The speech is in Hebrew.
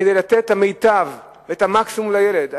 כדי לתת את המיטב ואת המקסימום לילד.